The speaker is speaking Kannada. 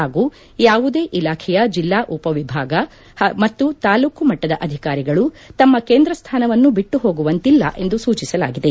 ಹಾಗೂ ಯಾವುದೇ ಇಲಾಖೆಯ ಜಿಲ್ಲಾ ಉಪವಿಭಾಗ ಮತ್ತು ತಾಲೂಕು ಮಟ್ಟದ ಅಧಿಕಾರಿಗಳು ತಮ್ಮ ಕೇಂದ್ರ ಸ್ಥಾನವನ್ನು ಬಿಟ್ಟು ಹೋಗುವಂತಿಲ್ಲ ಎಂದು ಸೂಚಿಸಲಾಗಿದೆ